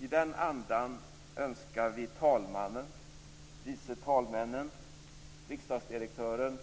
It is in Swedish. I den andan önskar vi talmannen, vice talmännen, riksdagsdirektören